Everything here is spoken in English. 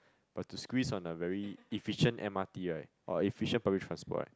but to squeeze on a very efficient M_R_T right or efficient public transport right